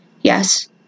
yes